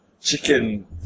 chicken